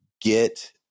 Get